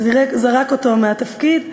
זרק אותו מהתפקיד.